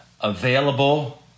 available